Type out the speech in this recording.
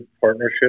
partnership